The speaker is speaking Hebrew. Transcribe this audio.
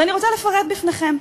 ואני רוצה לפרט בפניכם: